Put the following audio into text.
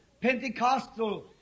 Pentecostal